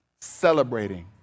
celebrating